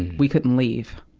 we couldn't leave.